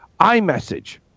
iMessage